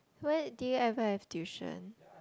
where did you ever have tuition